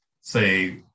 say